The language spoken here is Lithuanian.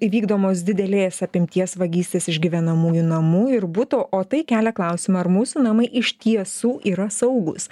įvykdomos didelės apimties vagystės iš gyvenamųjų namų ir buto o tai kelia klausimą ar mūsų namai iš tiesų yra saugūs